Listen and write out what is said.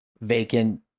vacant